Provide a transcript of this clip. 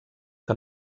que